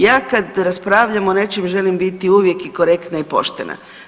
Ja kada raspravljam o nečem želim biti uvijek i korektna i poštena.